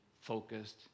focused